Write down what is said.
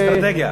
אסטרטגיה.